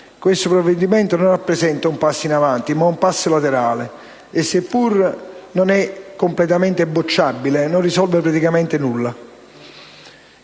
Questo provvedimento non rappresenta un passo in avanti ma un passo laterale. Seppur non completamente bocciabile, non risolve praticamente nulla.